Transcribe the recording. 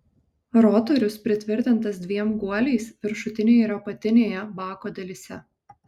rotorius pritvirtintas dviem guoliais viršutinėje ir apatinėje bako dalyse